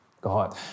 God